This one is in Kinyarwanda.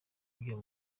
byo